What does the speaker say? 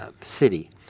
city